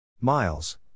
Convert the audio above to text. Miles